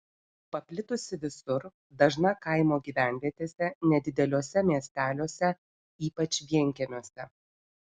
paplitusi visur dažna kaimo gyvenvietėse nedideliuose miesteliuose ypač vienkiemiuose